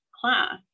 class